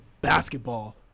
basketball